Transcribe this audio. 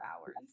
hours